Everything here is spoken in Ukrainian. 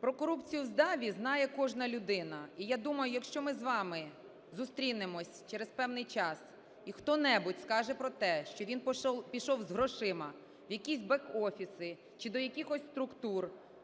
Про корупцію з ДАБІ знає кожна людина. І я думаю, якщо ми з вами зустрінемось через певний час і хто-небудь скаже про те, що він пішов з грошима в якісь бек-офіси чи до якихось структур,